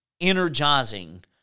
energizing